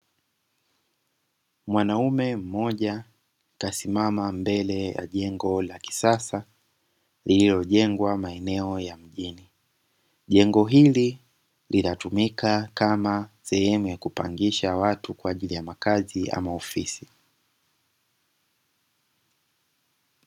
Mwanaume mmooja kasimama mbele ya jengo la kisasa lililojengwa maeneo ya mjini. Jengo hili linatumika kama sehemu ya kupangisha watu kwa ajili ya makazi au ofisi.